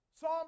Psalm